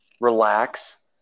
relax